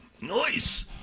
Nice